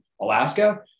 Alaska